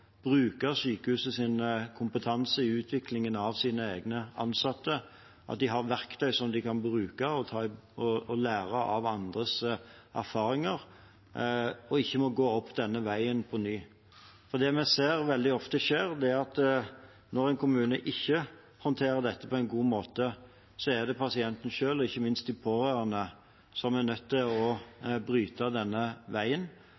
kompetanse i utviklingen av sine egne ansatte, at de har verktøy som de kan bruke, og kan lære av andres erfaringer og ikke må gå opp denne veien på ny. Det vi veldig ofte ser skje, er at når en kommune ikke håndterer dette på en god måte, er det pasienten selv og ikke minst de pårørende som er nødt til å bryte opp denne veien.